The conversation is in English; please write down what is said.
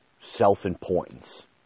self-importance